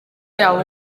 yabo